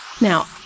Now